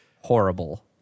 horrible